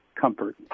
comfort